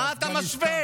מה אתה משווה?